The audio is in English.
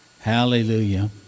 Hallelujah